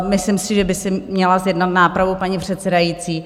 Myslím si, že by si měla zjednat nápravu paní předsedající.